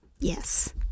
Yes